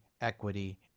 equity